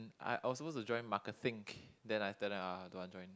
hmm I I was supposed to join marketing then after that !aiya! don't want join